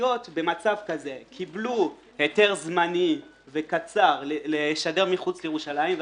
קיבלו היתר זמני וקצר לשדר מחוץ לירושלים,